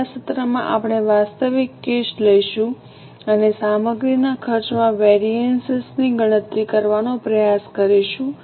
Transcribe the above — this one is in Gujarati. આગલા સત્રમાં આપણે વાસ્તવિક કેસ લઈશું અને સામગ્રીના ખર્ચમાં વેરિએન્સ ગણતરી કરવાનો પ્રયાસ કરીશું